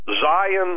Zion